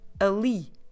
ali